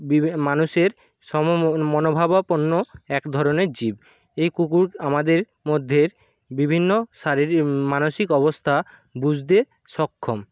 বিভিন্ন মানুষের সমমন মনোভাবাপন্ন এক ধরনের জীব এই কুকুর আমাদের মধ্যের বিভিন্ন শারীরিক মানসিক অবস্থা বুজতে সক্ষম